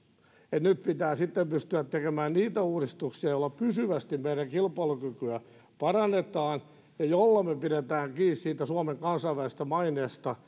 nyt pitää sitten pystyä tekemään niitä uudistuksia joilla meidän kilpailukykyämme parannetaan pysyvästi ja joilla me pidämme kiinni siitä suomen kansainvälisestä maineesta